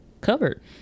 covered